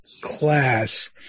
class